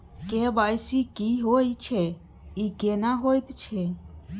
KYC की होय छै, ई केना होयत छै?